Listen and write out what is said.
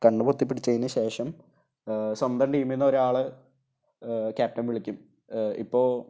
കണ്ണ് പൊത്തിപ്പിടിച്ചതിനുശേഷം സ്വന്തം ടീമില്നിന്ന് ഒരാളെ ക്യാപ്റ്റൻ വിളിക്കും ഇപ്പോള്